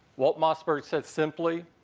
walt mossberg said simply,